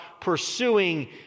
pursuing